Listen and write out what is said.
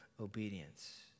obedience